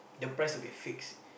the price will be fixed